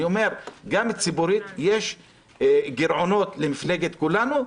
אני אומר שגם ציבורית יש גירעונות למפלגת כולנו,